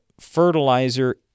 fertilizer